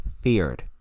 feared